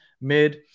mid